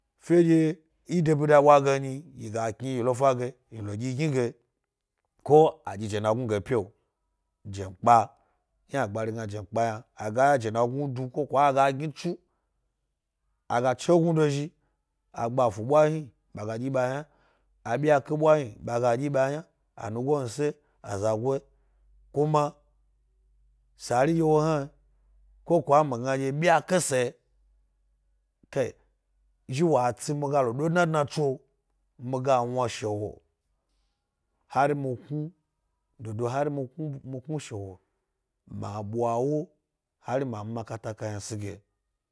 Yi de bida ɓwa ge m nyi, yiga kni yi lo fa ge yi lo ɗyi gni ge ko aɗyi jena gnu ge e pi’o jekpa, yna agbari gna jekpa yna a jenagnu da ko kwa aga egmi tsu, aga chegnudo zhi agbafu ɓwa, ɓa gaɗyi ɓa yna, abyake ɓwa hni, ɓa gaɗyi ɓa yna. Anyigo nuse, azagoa, kuma sari nɗye wo hna ko kwa mi gna ɗye byake sa, zhi wa tsi mi ga lo do dna e dnatso, mi ga wna shewo hari mi knu dodo hari mi knu shewo ma ɓwawo hari ma mi makata kayna si ge.